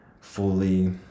fully